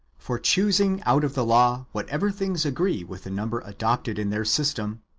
for, choosing out of the law whatever things agree with the number adopted in their system,